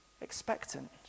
expectant